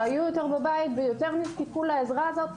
שהיו יותר בבית ויותר נזקקו לעזרה הזאת,